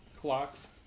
Clocks